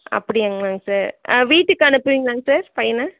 அப்படியாங்களாங்க sir வீட்டுக்கு அனுப்புவீங்களாங்க sir பையனை